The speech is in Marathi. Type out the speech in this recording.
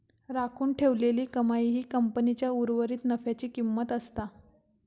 राखून ठेवलेली कमाई ही कंपनीच्या उर्वरीत नफ्याची किंमत असता